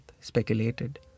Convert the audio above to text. speculated